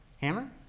Hammer